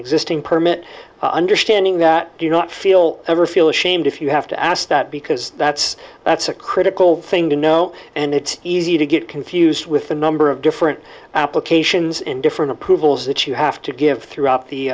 existing permit understanding that do you not feel ever feel ashamed if you have to ask that because that's that's a critical thing to know and it's easy to get confused with the number of different applications in different approvals that you have to give throughout the